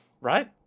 right